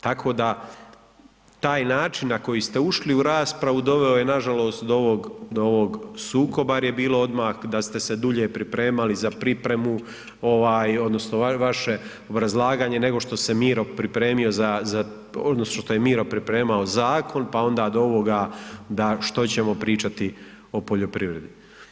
Tako da taj način na koji ste ušli u raspravu doveo je nažalost do ovog, do ovog sukoba jer je bilo odmah da ste se dulje pripremali, za pripremu ovaj odnosno vaše obrazlaganje nego što se Miro pripremio odnosno što se Miro pripremao zakon, pa onda do ovoga da što ćemo pričati o poljoprivredi.